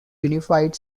unified